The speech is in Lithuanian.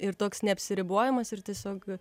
ir toks neapsiribojimas ir tiesiog